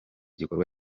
gikorwa